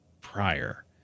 prior